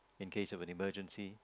in case of an emergency